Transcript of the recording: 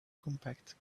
compact